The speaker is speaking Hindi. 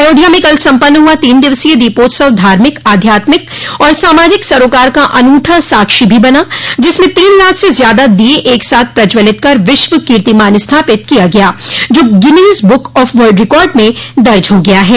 अयोध्या में कल सम्पन्न हुआ तीन दिवसीय दीपोत्सव धार्मिक आध्यात्मिक और सामाजिक सरोकार का अनूठा साक्षी भी बना जिसमें तीन लाख से ज़्यादा दिये एक साथ प्रज्ज्वलित कर विश्व कीर्तिमान स्थापित किया गया जो Guinness Book of World Record में दर्ज हो गया है